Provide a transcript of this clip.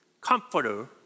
Comforter